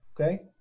Okay